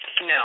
No